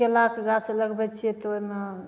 केलाकऽ गाछ लगबैत छियै तऽ ओहिमे